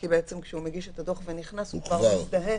כי בעצם כשהוא מגיש את הדוח ונכנס הוא כבר מזדהה,